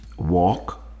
Walk